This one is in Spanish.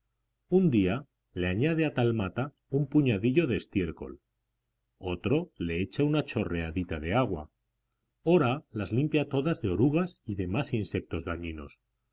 un día le añade a tal mata un puñadillo de estiércol otro le echa una chorreadita de agua ora las limpia a todas de orugas y demás insectos dañinos